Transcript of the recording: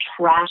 trash